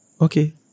Okay